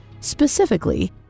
specifically